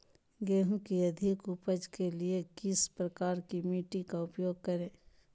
गेंहू की अधिक उपज के लिए किस प्रकार की मिट्टी का उपयोग करे?